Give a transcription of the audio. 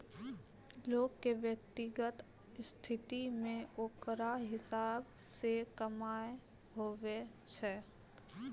लोग के व्यक्तिगत स्थिति मे ओकरा हिसाब से कमाय हुवै छै